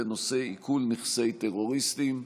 בנושא: עיקול נכסי טרוריסטים.